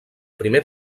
primer